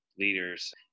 leaders